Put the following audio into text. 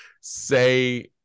say